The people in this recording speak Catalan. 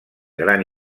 gran